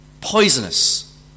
poisonous